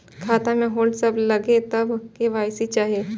खाता में होल्ड सब लगे तब के.वाई.सी चाहि?